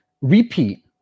repeat